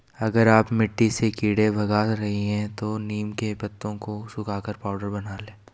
अगर आप मिट्टी से कीड़े भगा रही हैं तो नीम के पत्तों को सुखाकर पाउडर बना लें